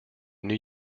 new